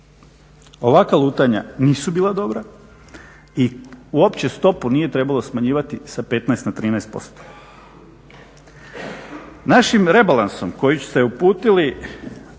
Ovakva lutanja nisu bila dobra i uopće stopu nije trebalo smanjivati sa 15 na 13%. Našim rebalansom koji ste uputili